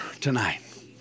tonight